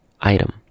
item